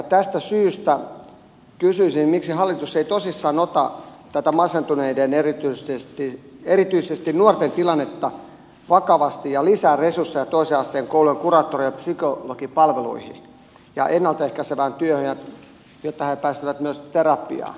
tästä syystä kysyisin miksi hallitus ei tosissaan ota tätä erityisesti masentuneiden nuorten tilannetta vakavasti ja lisää resursseja toisen asteen koulujen kuraattori ja psykologipalveluihin ja ennalta ehkäisevään työhön jotta he pääsisivät myös terapiaan